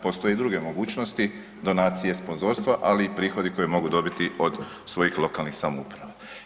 Postoje i druge mogućnosti donacije, sponzorstva, ali i prihodi koje mogu dobiti od svojih lokalnim samouprava.